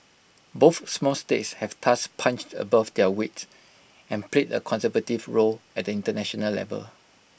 both small states have thus punched above their weight and played A constructive role at the International level